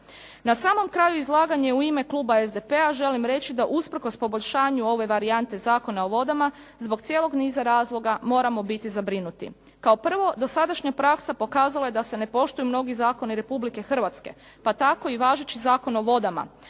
Na samom kraju izlaganja u ime kluba SDP-a želim reći da usprkos poboljšanju ove varijante Zakona o vodama, zbog cijelog niza razloga moramo biti zabrinuti. Kao prvo dosadašnja praksa pokazala je da se ne poštuju mnogi zakoni Republike Hrvatske, pa tako i važeći Zakon o vodama,